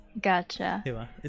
Gotcha